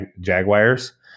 Jaguars